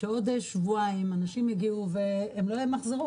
שבעוד שבועיים אנשים יגיעו ולא ימחזרו.